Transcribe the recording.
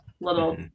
little